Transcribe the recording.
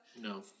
No